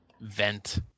vent